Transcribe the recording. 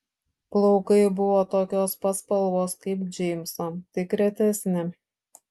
plaukai buvo tokios pat spalvos kaip džeimso tik retesni